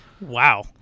Wow